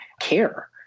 care